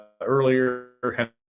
earlier